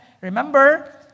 remember